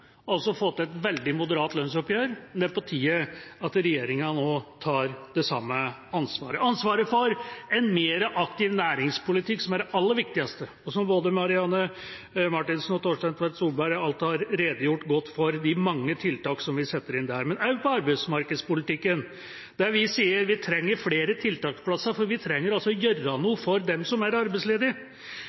til et veldig moderat lønnsoppgjør. Det er på tide at regjeringa nå tar det samme ansvaret: ansvaret for en mer aktiv næringspolitikk, som er det aller viktigste – både Marianne Marthinsen og Torstein Tvedt Solberg har alt redegjort godt for de mange tiltak som vi setter inn der – men også for arbeidsmarkedspolitikken, der vi sier vi trenger flere tiltaksplasser fordi vi altså trenger å gjøre noe for dem som er arbeidsledige.